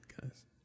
guys